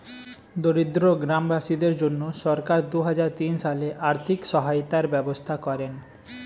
দরিদ্র গ্রামবাসীদের জন্য সরকার দুহাজার তিন সালে আর্থিক সহায়তার ব্যবস্থা করেন